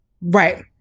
Right